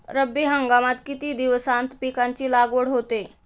रब्बी हंगामात किती दिवसांत पिकांची लागवड होते?